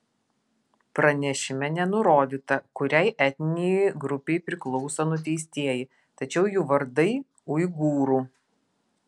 pranešime nenurodyta kuriai etninei grupei priklauso nuteistieji tačiau jų vardai uigūrų